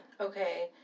Okay